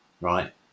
right